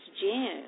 June